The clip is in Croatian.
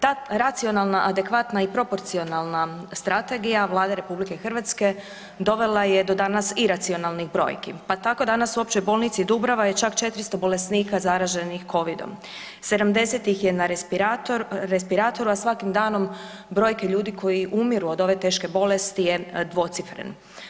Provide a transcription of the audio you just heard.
Ta racionalna, adekvatna i proporcionalna strategija Vlade RH dovela je do danas iracionalnih brojki, pa tako danas u Općoj bolnici Dubrava je čak 400 bolesnika zaraženih covidom, 70 ih je na respiratoru, a svakim danom brojke ljudi koji umiru od ove teške bolesti je dvocifren.